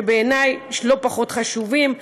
שבעיני הם לא פחות חשובים,